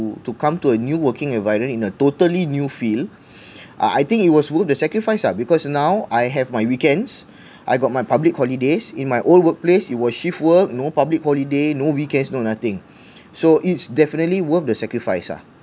to come to a new working environment in a totally new field uh I think it was worth the sacrifice ah because now I have my weekends I got my public holidays in my old workplace it was shift work no public holiday no weekends no nothing so it's definitely worth the sacrifice ah